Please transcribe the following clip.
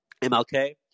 MLK